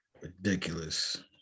ridiculous